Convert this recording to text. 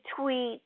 tweet